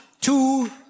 two